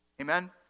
Amen